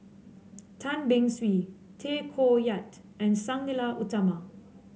Tan Beng Swee Tay Koh Yat and Sang Nila Utama